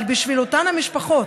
אבל בשביל אותן המשפחות,